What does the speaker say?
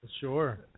Sure